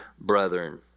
brethren